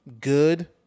good